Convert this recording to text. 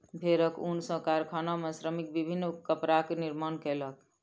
भेड़क ऊन सॅ कारखाना में श्रमिक विभिन्न कपड़ाक निर्माण कयलक